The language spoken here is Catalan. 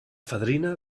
fadrina